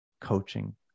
coaching